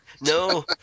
No